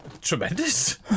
Tremendous